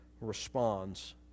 responds